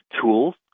tools